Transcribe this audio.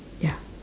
ya